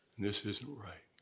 this isn't right.